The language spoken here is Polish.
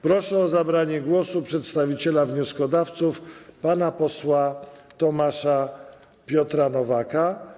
Proszę o zabranie głosu przedstawiciela wnioskodawców pana posła Tomasza Piotra Nowaka.